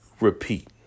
repeat